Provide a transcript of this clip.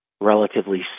relatively